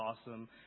awesome